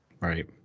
Right